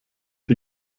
die